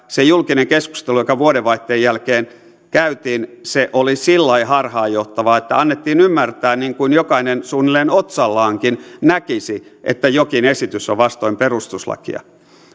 se julkinen keskustelu joka vuodenvaihteen jälkeen käytiin oli sillä lailla harhaanjohtavaa että annettiin ymmärtää ikään kuin jokainen suunnilleen otsallaankin näkisi että jokin esitys on vastoin perustuslakia